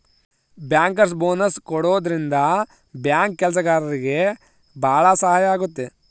bankers bonus ಕೊಡೋದ್ರಿಂದ bank ಕೆಲ್ಸಗಾರ್ರಿಗೆ ಭಾಳ ಸಹಾಯ ಆಗುತ್ತೆ